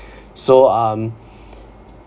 so um